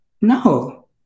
No